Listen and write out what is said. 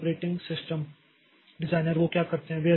तो operating system designer वो क्या करते हैं